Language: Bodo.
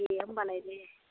दे होमब्लालाय दे